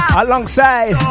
alongside